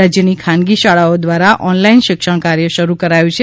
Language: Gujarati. રાજયની ખાનગી શાળાઓ દ્વારા ઓનલાઇન શિક્ષણ કાર્ય શરૂ કરાયુ છે